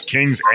Kings